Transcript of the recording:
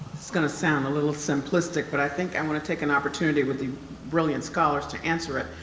is going to sound a little simplistic but i think i want to take an opportunity with you brilliant scholars to answer it.